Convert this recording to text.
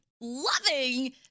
Loving